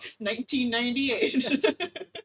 1998